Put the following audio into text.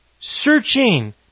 searching